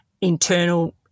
internal